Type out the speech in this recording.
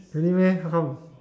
really meh how come